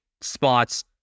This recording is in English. spots